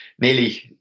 nearly